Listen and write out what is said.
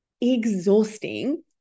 exhausting